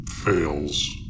Fails